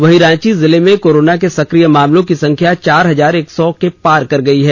वहीं रांची जिले में कोरोना के सक्रिय मामलों की संख्या चार हजार एक सौ के पार हो गयी है